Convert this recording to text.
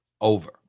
over